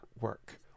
work